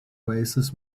oasis